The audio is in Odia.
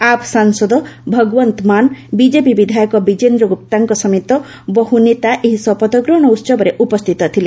ଆପ୍ ସାଂସଦ ଭଗଓ୍ତନ୍ତ ମାନ୍ ବିଜେପି ବିଧାୟକ ବିଜେନ୍ଦ୍ର ଗୁପ୍ତାଙ୍କ ସମେତ ବହୁ ନେତା ଏହି ଶପଥଗ୍ରହଣ ଉତ୍ସବରେ ଉପସ୍ଥିତ ଥିଲେ